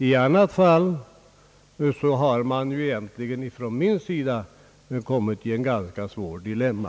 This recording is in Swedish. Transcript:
I annat fall har man ju kommit i ett ganska svårt dilemma.